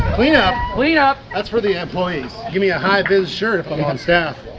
clean up. clean up? that's for the employees give me a high-vis shirt if i'm on staff